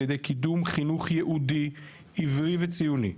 ידי קידום חינוך ייעודי עברי וציוני,